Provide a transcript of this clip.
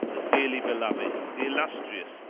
the dearly beloved, the illustrious,